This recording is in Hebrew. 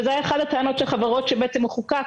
וזו הייתה אחת הטענות של חברות כשהוא חוקק,